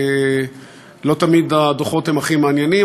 לא תמיד הדוחות הם הכי מעניינים,